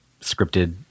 scripted